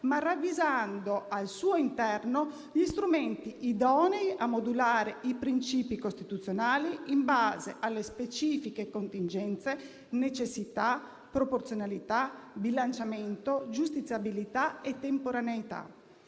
ma ravvisando al suo interno gli strumenti idonei a modulare i principi costituzionali in base alle specifiche contingenze: necessità, proporzionalità, bilanciamento, giustiziabilità e temporaneità